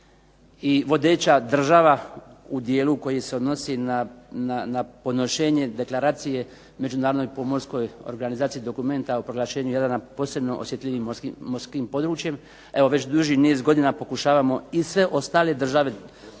i vodeća država u dijelu koji se odnosi na podnošenje deklaracije Međunarodnoj pomorskoj organizaciji dokumenta o proglašenju Jadrana posebno osjetljivim morskim područjem. Evo već duži niz godina pokušavamo i sve ostale države, obalne